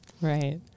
Right